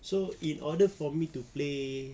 so in order for me to play